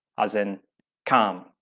as in calm.